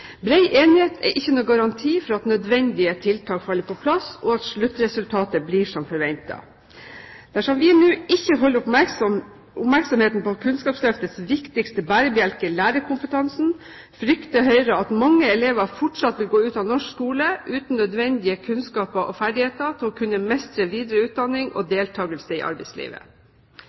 Bred enighet er ikke noen garanti for at nødvendige tiltak faller på plass, og at sluttresultatet blir som forventet. Dersom vi nå ikke holder oppmerksomheten på Kunnskapsløftets viktigste bærebjelke, lærerkompetansen, frykter Høyre at mange elever fortsatt vil gå ut av norsk skole uten nødvendige kunnskaper og ferdigheter til å kunne mestre videre utdanning og deltakelse i arbeidslivet.